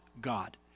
God